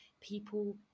people